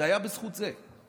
זה היה בזכות זה.